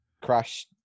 Crash